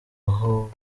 aho